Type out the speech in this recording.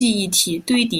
记忆体